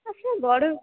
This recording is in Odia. ଆଉ ସେ ବଢ଼ୁ